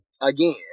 again